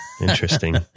Interesting